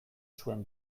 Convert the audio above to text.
zuen